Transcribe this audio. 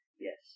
Yes